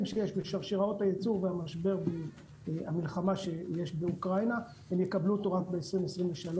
שיש בשרשראות היצור והמלחמה באוקראינה הם יקבלו אותו ב-2023.